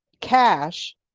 cash